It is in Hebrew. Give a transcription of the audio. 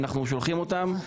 אנחנו שולחים אותם,